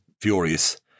furious